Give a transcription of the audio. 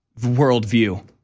worldview